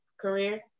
career